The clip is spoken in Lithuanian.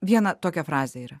viena tokia frazė yra